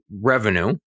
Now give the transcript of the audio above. revenue